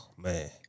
Man